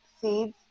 seeds